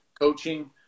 coaching